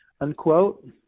unquote